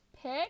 pick